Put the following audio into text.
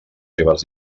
seves